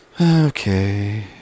Okay